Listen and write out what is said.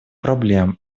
проблем